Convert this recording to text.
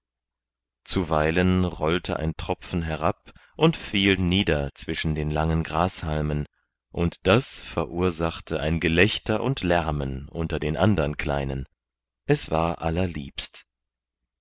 zuweilen rollte ein tropfen herab und fiel nieder zwischen den langen grashalmen und das verursachte ein gelächter und lärmen unter den andern kleinen es war allerliebst